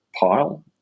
pile